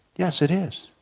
yes it is.